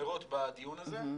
מסמרות בדיון הזה.